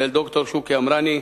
ואל ד"ר שוקי אמרני,